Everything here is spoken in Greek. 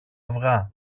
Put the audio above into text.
αυγά